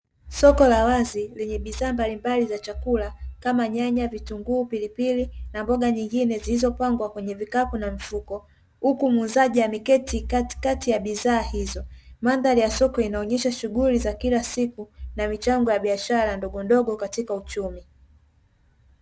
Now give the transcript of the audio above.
Soko la wazi lenye bidhaa mbalimbali za chakula kama nyanya, vitunguu, pilipili na mboga nyingine zilizopangwa kwenye vikapu na mifuko huku muuzaji akiwa ameketi katikati ya bidhaa hizo, mandari ya soko inaonyesha shughuli za kila siku na michango ya biashara ndogondogo katika uchumi.